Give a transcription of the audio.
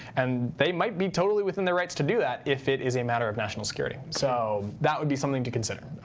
and they might be totally within their rights to do that if it is a matter of national security. so that would be something to consider.